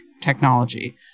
technology